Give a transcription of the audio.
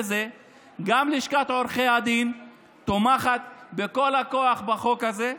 גם לשכת עורכי הדין תומכת בכל הכוח בחוק הזה,